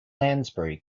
lansbury